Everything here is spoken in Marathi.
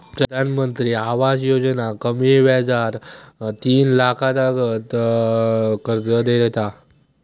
प्रधानमंत्री आवास योजना कमी व्याजार तीन लाखातागत कर्ज देता